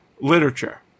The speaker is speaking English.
literature